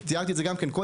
ותיארתי את זה גם קודם.